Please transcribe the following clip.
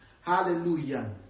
Hallelujah